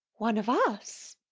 one of us?